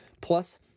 plus